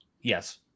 Yes